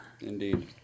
Indeed